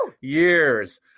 years